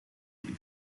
viel